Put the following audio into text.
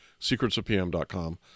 secretsofpm.com